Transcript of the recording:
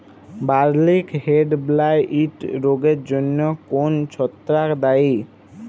বার্লির হেডব্লাইট রোগের জন্য কোন ছত্রাক দায়ী?